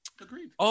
Agreed